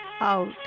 out